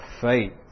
faith